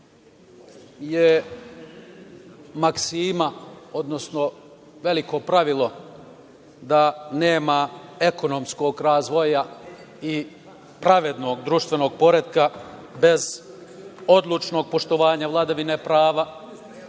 je maksima odnosno veliko pravilo da nema ekonomskog razvoja i pravednog društvenog poretka bez odlučnog poštovanja vladavine prava